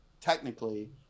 technically